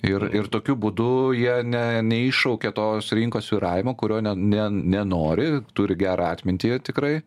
ir ir tokiu būdu jie ne neiššaukia tos rinkos svyravimo kurio ne ne nenori turi gerą atmintį jie tikrai